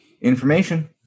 information